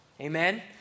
Amen